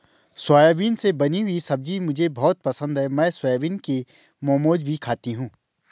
soybean से बनी हुई सब्जी मुझे बहुत पसंद है मैं सोयाबीन के मोमोज भी खाती हूं